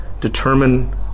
determine